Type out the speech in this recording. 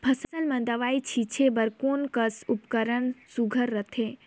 फसल म दव ई छीचे बर कोन कस उपकरण सुघ्घर रथे?